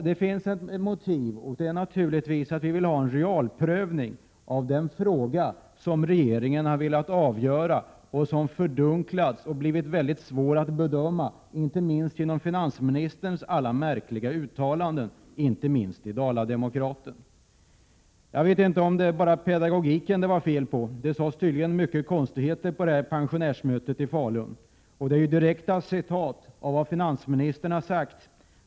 Det finns ett motiv, nämligen att vi vill ha en realprövning av den fråga som regeringen har velat avgöra själv, en fråga som har fördunklats och blivit mycket svår att bedöma inte minst genom finansministerns alla märkliga uttalanden, i synnerhet de som publicerades i Dala-Demokraten. Jag vet inte om det bara var pedagogiken det var fel på. Det sades tydligen mycket konstigheter på det pensionärsmöte i Falun som Dala-Demokraten refererar. I tidningsartikeln finns direkta citat av vad finansministern har sagt.